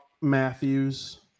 Matthews